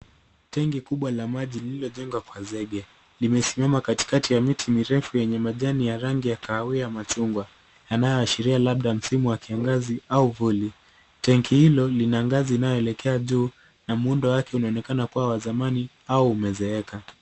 Tengi kubwa la maji lililojengwa kwa zege limesimama katikati ya miti mirefu yenye majani ya rangi ya kahawia machungwa yanayoashiria labda msimu wa kiangazi au vuli. Tengi hilo lina ngazi inayoelekea juu na muundo wake unaonekana kuwa wa zamani au umezeeka.